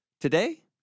Today